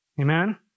Amen